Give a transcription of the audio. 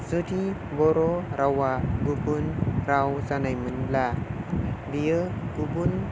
जुदि बर' रावा गुबुन राव जानायमोनब्ला बियो गुबुन